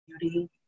beauty